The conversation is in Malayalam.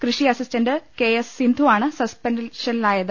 കൃഷി അസിസ്റ്റന്റ് കെ എസ് സിന്ധു വാണ് സ്സ്പെൻഷനിലായ ത്